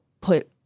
put